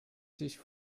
sich